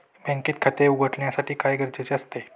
बँकेत खाते उघडण्यासाठी काय गरजेचे आहे?